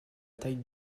taille